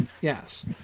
yes